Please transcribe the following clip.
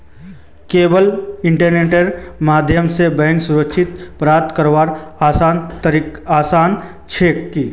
केवल इन्टरनेटेर माध्यम स बैंक सुविधा प्राप्त करवार आसान छेक की